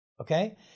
Okay